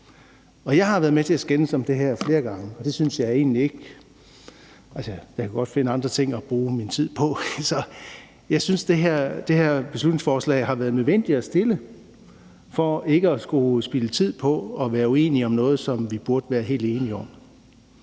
Jeg har været med til at skændes om det her flere gange, og jeg kan altså godt finde andre ting at bruge min tid på. Jeg synes, det her beslutningsforslag har været nødvendigt at fremsætte for ikke at skulle spilde tid på at være uenige om noget, som vi burde være helt enige om.